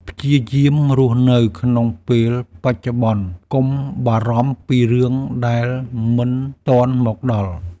ព្យាយាមរស់នៅក្នុងពេលបច្ចុប្បន្ន កុំបារម្ភពីរឿងដែលមិនទាន់មកដល់។